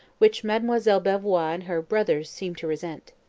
which mademoiselle belvoir and her brothers seemed to resent.